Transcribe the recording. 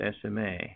SMA